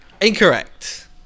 Incorrect